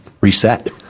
reset